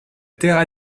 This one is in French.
terre